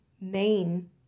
main